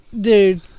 Dude